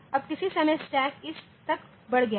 अब किसी समय स्टैक इस तक बढ़ गया है